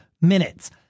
minutes